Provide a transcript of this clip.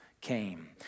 came